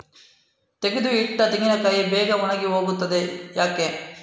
ತೆಗೆದು ಇಟ್ಟ ತೆಂಗಿನಕಾಯಿ ಬೇಗ ಒಣಗಿ ಹೋಗುತ್ತದೆ ಯಾಕೆ?